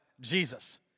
Jesus